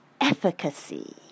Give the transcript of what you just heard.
efficacy